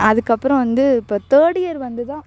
அதுக்கப்புறம் வந்து இப்போ தேர்ட் இயர் வந்துதான்